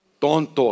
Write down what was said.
tonto